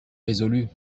résolue